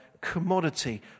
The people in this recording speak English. commodity